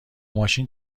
ماشین